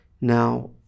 Now